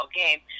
game